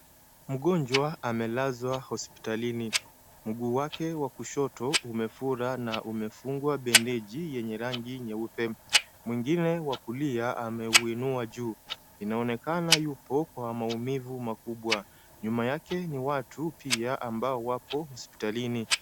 Mgonjwa amelazwa hospitalini. Mguu wake wa kushoto umefura na umefungwa bendeji yenye rangi nyeupe. Mwingine wa kulia ameuinua juu. Inaonekana yupo kwa maumivu makubwa. Nyuma yake ni watu pia ambao wapo hospitalini.